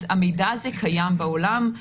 המידע הזה קיים בעולם.